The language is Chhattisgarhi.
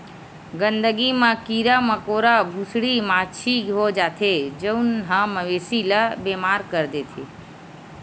गंदगी म कीरा मकोरा, भूसड़ी, माछी हो जाथे जउन ह मवेशी ल बेमार कर देथे